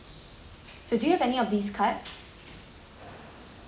so do you have any of these cards